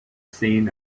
seen